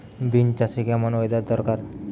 Beans চাষে কেমন weather দরকার?